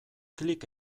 klik